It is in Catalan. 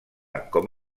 com